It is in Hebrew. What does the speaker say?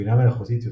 ובינה מלאכותית יוצרת,